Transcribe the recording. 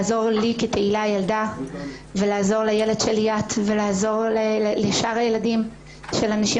לעזור לי כתהילה הילדה ולעזור לילד של ליאת ולעזור לשאר הילדים של הנשים